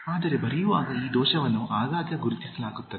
ಆದರೆ ಬರೆಯುವಾಗ ಈ ದೋಷವನ್ನು ಆಗಾಗ್ಗೆ ಗುರುತಿಸಲಾಗುತ್ತದೆ